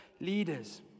leaders